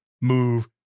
move